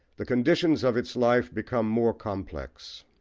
the conditions of its life become more complex.